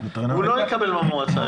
הוא יותר לא יקבל מהמועצה.